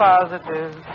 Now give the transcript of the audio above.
Positive